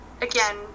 again